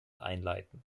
einleiten